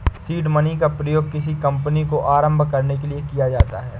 seed money का प्रयोग किसी कंपनी को आरंभ करने के लिए किया जाता है